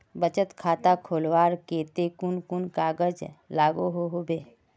बचत खाता खोलवार केते कुन कुन कागज लागोहो होबे?